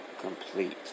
complete